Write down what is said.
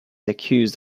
accused